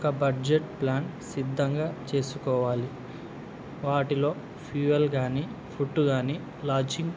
ఒక budget plan సిద్ధంగా చేసుకోవాలి వాటిలో ఫ్యూయల్ కానీ ఫుడ్ కానీ లాడ్జింగ్